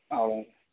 அதான்